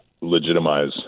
legitimize